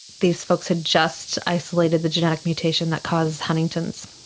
these folks had just isolated the genetic mutation that causes huntington's.